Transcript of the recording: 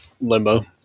Limbo